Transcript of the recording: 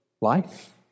life